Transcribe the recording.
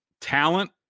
talent